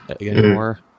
anymore